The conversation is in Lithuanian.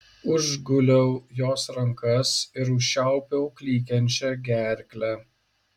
užguliau jos rankas ir užčiaupiau klykiančią gerklę